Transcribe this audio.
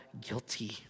guilty